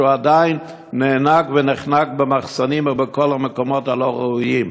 שעדיין נאנק ונחנק במחסנים ובכל המקומות הלא-ראויים.